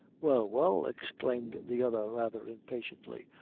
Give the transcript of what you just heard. well, well, exclaimed the other, rather impatiently,